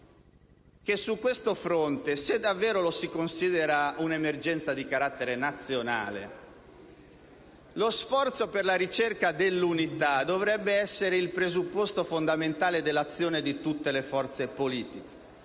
su questo fronte, se davvero lo si considera un'emergenza di carattere nazionale, lo sforzo per la ricerca dell'unità dovrebbe essere il presupposto fondamentale dell'azione di tutte le forze politiche.